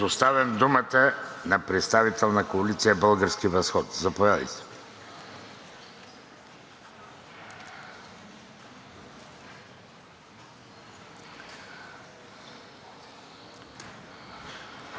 Предоставям думата на представител на Коалицията „Български възход“ – заповядайте.